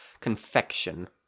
confection